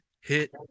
Hit